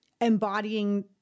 embodying